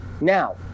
now